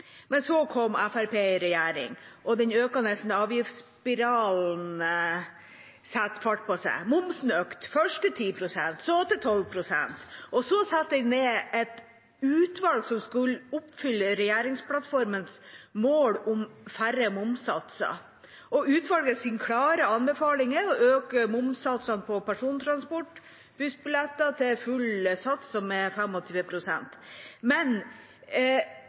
Men så kom Fremskrittspartiet i regjering, og den økende avgiftsspiralen fikk fart på seg. Momsen økte – først til 10 pst., så til 12 pst. Så satte man ned et utvalg som skulle oppfylle regjeringsplattformens mål om færre momssatser, og utvalgets klare anbefaling var å øke momssatsene på persontransport, med bussbilletter, til full sats, som er 25 pst. Men